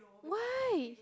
why